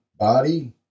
body